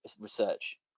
research